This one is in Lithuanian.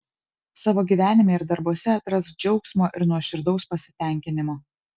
savo gyvenime ir darbuose atrask džiaugsmo ir nuoširdaus pasitenkinimo